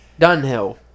Dunhill